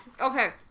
okay